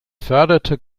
förderte